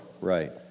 Right